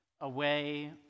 away